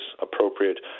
appropriate